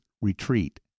retreat